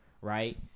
right